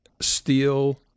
steel